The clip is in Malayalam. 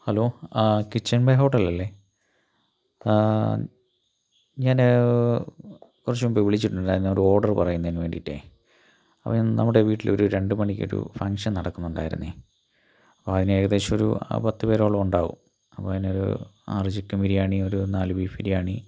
ഹലോ കിച്ചൻ മൈ ഹോട്ടൽ അല്ലേ ഞാൻ കുറച്ച് മുമ്പ് വിളിച്ചിട്ടുണ്ടായിരുന്നു ഒരു ഓർഡർ പറയുന്നതിന് വേണ്ടിയിട്ട് അപ്പം ഞാൻ നമ്മുടെ വീട്ടിൽ രണ്ടു മണിക്കൊരു ഫംഗ്ഷൻ നടക്കുന്നുണ്ടായിരുന്നു അപ്പോൾ അതിന് ഏകദേശമൊരു പത്ത് പേരോളം ഉണ്ടാവും അപ്പം അതിന് ഒരു ആറ് ചിക്കൻ ബിരിയാണി ഒരു നാല് ബീഫ് ബിരിയാണി